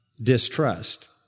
distrust